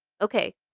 okay